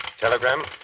Telegram